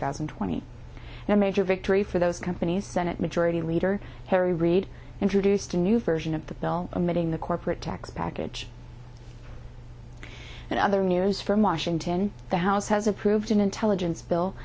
thousand and twenty and a major victory for those companies senate majority leader harry reid introduced a new version of the bill amending the corporate tax package and other news from washington the house has approved an intelligence bill